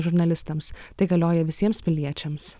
žurnalistams tai galioja visiems piliečiams